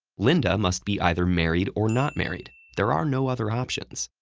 linda must be either married or not married there are no other options.